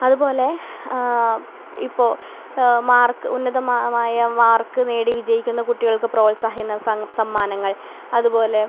അതുപോലെ ഇപ്പോൾ മാർക്ക് ഉന്നതമായ മാർക്ക് നേടി വിജയിക്കുന്ന കുട്ടികൾക്ക് പ്രോത്സാഹന സമ്മാനങ്ങൾ അതുപോലെ